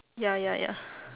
ya ya ya